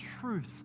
truth